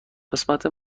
قسمت